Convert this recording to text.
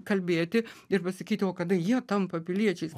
kalbėti ir pasakyti o kada jie tampa piliečiais